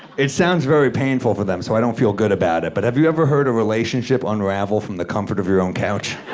it sounds very painful for them, so i don't feel good about it, but have you ever heard a relationship unravel from the comfort of your own couch?